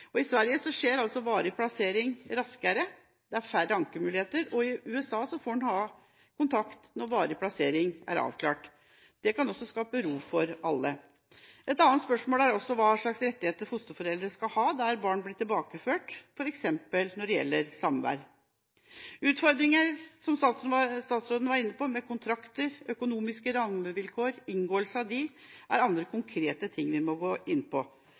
godtas. I Sverige skjer varig plassering raskere, det er færre ankemuligheter, og i USA får en ha kontakt når varig plassering er avklart. Det kan også skape ro for alle. Et annet spørsmål er hva slags rettigheter fosterforeldre skal ha der barn blir tilbakeført, f.eks. når det gjelder samvær. Utfordringer som statsråden var inne på med kontrakter, økonomiske rammevilkår og inngåelse her, er andre konkrete ting vi må gå inn på.